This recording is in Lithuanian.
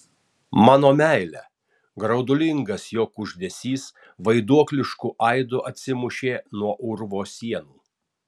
mano meile graudulingas jo kuždesys vaiduoklišku aidu atsimušė nuo urvo sienų